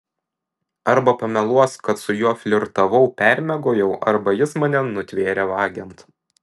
arba pameluos kad su juo flirtavau permiegojau arba jis mane nutvėrė vagiant